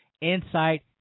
insight